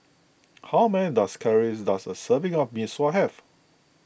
how many calories does a serving of Mee Sua have